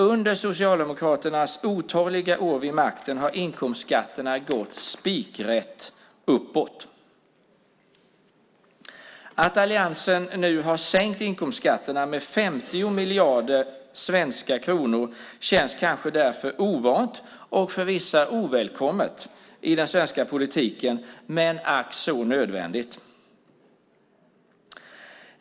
Under Socialdemokraternas otaliga år vid makten har inkomstskatterna gått spikrätt uppåt. Att alliansen nu har sänkt inkomstskatterna med 50 miljarder svenska kronor känns kanske därför ovant och för vissa ovälkommet i den svenska politiken. Men ack så nödvändigt!